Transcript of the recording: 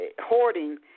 hoarding